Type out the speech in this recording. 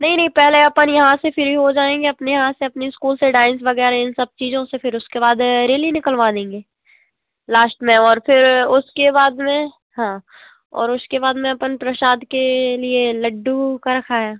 नहीं नहीं पहले अपन यहां से फ़िरी हो जाएंगे अपने यहां से अपने इस्कूल से डाइंस वगैरह और इन सब चीज़ों से फ़िर उसके बाद रेली निकलवा देंगे लास्ट में और फिर उसके बाद में हाँ उसके बाद में अपन प्रसाद के लिए लड्डू का रखा हैं